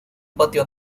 patio